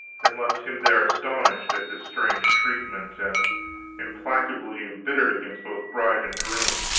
and left him there astonished at this strange treatment, and implacably embittered against both bride and groom.